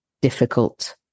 difficult